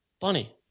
Bunny